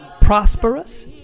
prosperous